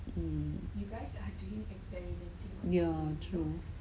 um ya true